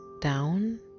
down